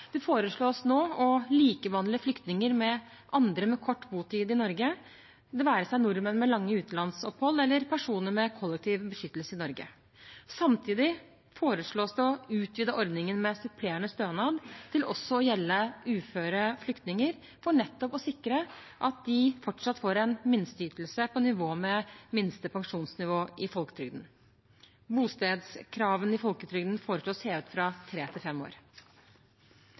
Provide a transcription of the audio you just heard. Det foreslås nå å likebehandle flyktninger med andre med kort botid i Norge, det være seg nordmenn med lange utenlandsopphold eller personer med kollektiv beskyttelse i Norge. Samtidig foreslås det å utvide ordningen med supplerende stønad til også å gjelde uføre flyktninger, nettopp for å sikre at de fortsatt får en minsteytelse på nivå med minste pensjonsnivå i folketrygden. Bostedskravene i folketrygden foreslås hevet fra tre til fem år.